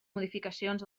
modificacions